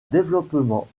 développement